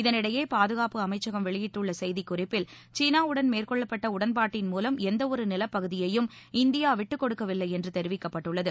இதளிடையே பாதுகாப்பு அமைச்சகம் வெளியிட்டுள்ள செய்திக்குறிப்பில் சீனாவுடன் மேற்கொள்ளப்பட்ட உடன்பாட்டின் மூலம் எந்தவொரு நிலப்பகுதியையும் இந்தியா விட்டுக்கொடுக்கவில்லை என்று தெரிவிக்கப்பட்டுள்ளது